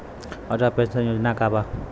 Atal pension योजना का बा?